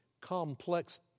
complex